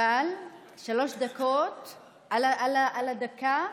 בבקשה, אבל שלוש דקות על הדקה,